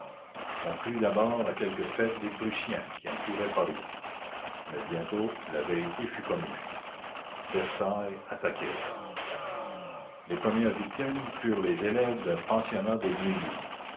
on crut d'abord à quelque fête des prussiens qui entouraient paris mais bientôt la vérité fut connue versailles attaquait les premières victimes furent les élèves d'un pensionnat de neuilly